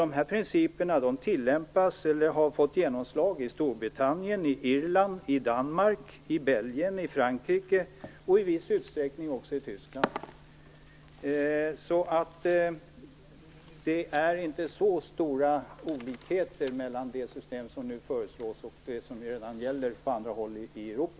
De här principerna har fått genomslag i Storbritannien, i Irland, i Danmark, i Belgien, i Frankrike och i viss utsträckning också i Tyskland. Det är alltså inte så stora olikheter mellan det system som nu föreslås och det som redan gäller på andra håll ute i Europa.